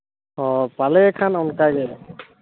ᱚ ᱯᱟᱞᱮ ᱠᱷᱟᱱ ᱚᱱᱠᱟ ᱜᱮ